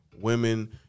women